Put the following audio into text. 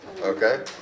okay